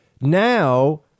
Now